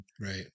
Right